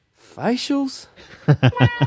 Facials